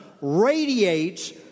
radiates